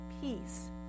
peace